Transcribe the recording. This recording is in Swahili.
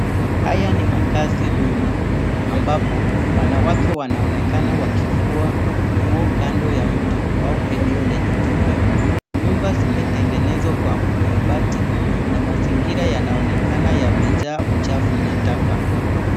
Haya ni makazi duni ambapo wanawake wanaonekana wakifua nguo, kando ya mto au eneo la matope. Nyumba zimetengenzwa kwa mabati na mazingira yanaonekana yamejaa uchafu na taka.